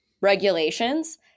regulations